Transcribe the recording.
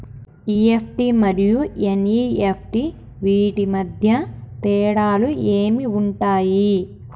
EFT మరియు NEFT వీటి మధ్య తేడాలు ఏమి ఉంటాయి?